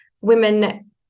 women